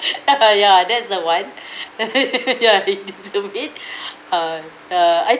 ya ya that's the one ya he is stupid uh uh I